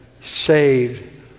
saved